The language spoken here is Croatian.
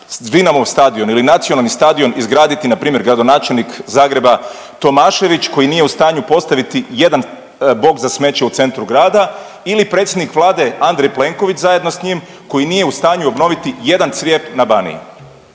Dinamov stadion ili nacionalni stadion izgraditi npr. gradonačelnik Zagreba Tomašević koji nije u stanju postaviti jedan boks za smeće u centru grada ili predsjednik Vlade Andrej Plenković zajedno s njim koji nije u stanju obnoviti jedan crijep na Baniji.